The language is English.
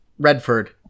redford